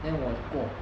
then 我过